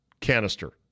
canister